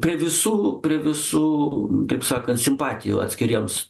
prie visų prie visų kaip sakant simpatijų atskiriems